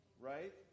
Right